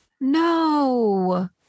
No